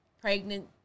pregnant